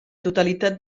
totalitat